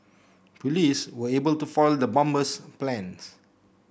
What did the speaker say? police were able to foil the bomber's plans